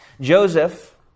Joseph